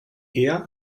eher